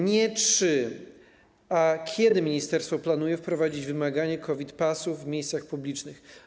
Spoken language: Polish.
Nie czy, a kiedy ministerstwo planuje wprowadzić wymóg posiadania COVID passów w miejscach publicznych?